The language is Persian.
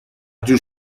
جور